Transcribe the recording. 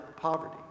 poverty